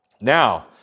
Now